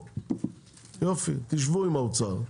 יופי, תשבו עם האוצר,